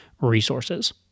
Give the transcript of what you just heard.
resources